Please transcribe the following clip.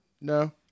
No